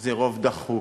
זה רוב דחוק,